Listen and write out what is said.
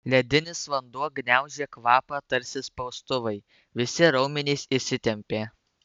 ledinis vanduo gniaužė kvapą tarsi spaustuvai visi raumenys įsitempė